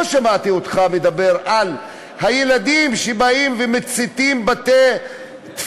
לא שמעתי אותך מדבר על הילדים שבאים ומציתים בתי-תפילה,